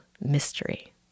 mystery